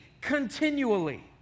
continually